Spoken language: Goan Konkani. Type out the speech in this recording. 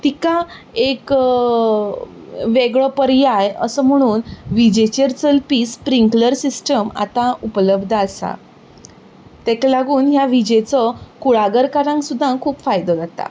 तिका एक वेगळो पर्याय असो म्हणून विजेचेर चलपी स्प्रिंकलर सिस्टम आतां उपलबध्द आसा तेका लागून ह्या विजेचो कुळागरकारांक सुद्दां खूब फायदो जाता